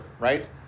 Right